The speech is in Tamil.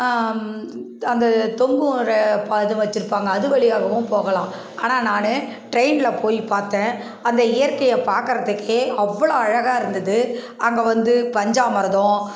அந்த தொங்கும் ரெ பா அதுவும் வச்சிருப்பாங்க அது வழியாகவும் போகலாம் ஆனாள் நான் டிரெயின்ல போய் பார்த்தேன் அந்த இயற்கையை பார்க்கறதுக்கே அவ்வளோ அழகாக இருந்தது அங்கே வந்து பஞ்சாமிரதம்